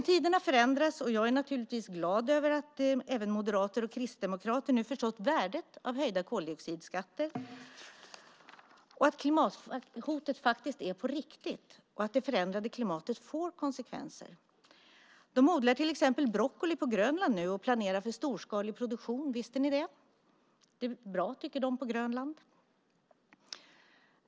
Tiderna förändras, och jag är naturligtvis glad över att även moderater och kristdemokrater nu förstått värdet av höjda koldioxidskatter, att klimathotet faktiskt är på riktigt och att det förändrade klimatet får konsekvenser. De odlar till exempel broccoli på Grönland nu och planerar för en storskalig produktion. Visste ni det? Bra, tycker de på Grönland.